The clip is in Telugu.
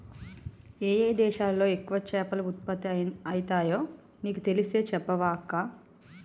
ఏయే దేశాలలో ఎక్కువ చేపలు ఉత్పత్తి అయితాయో నీకు తెలిస్తే చెప్పవ అక్కా